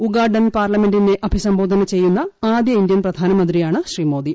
Ugandan പാർലമെന്റിനെ അഭിസംബോധന ചെയ്യുന്ന ആദ്യ ഇന്ത്യൻ പ്രധാനമന്ത്രിയാണ് ശ്രീ മോദി